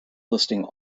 listing